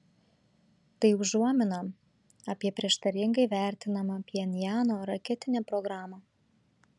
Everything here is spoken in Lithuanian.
tai užuomina apie prieštaringai vertinamą pchenjano raketinę programą